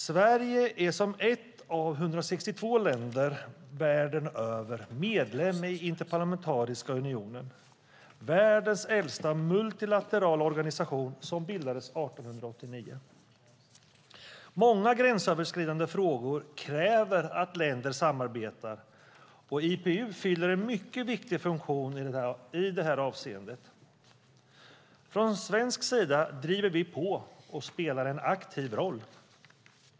Sverige är som ett av 162 länder världen över medlem i Interparlamentariska unionen, IPU, världens äldsta multilaterala organisation, som bildades 1889. Många gränsöverskridande frågor kräver att länder samarbetar, och IPU fyller en mycket viktig funktion i det avseendet. Från svensk sida driver vi på och spelar en aktiv roll.